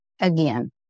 again